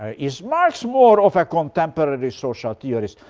ah is marx more of a contemporary social theorist,